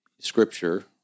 Scripture—